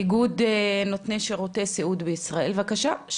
אגוד נותני שירותי סיעוד בישראל, בבקשה.